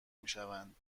میشوند